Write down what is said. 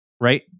right